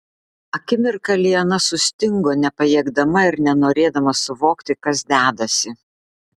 akimirką liana sustingo nepajėgdama ir nenorėdama suvokti kas dedasi